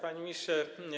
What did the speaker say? Panie Ministrze!